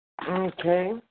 Okay